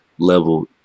Level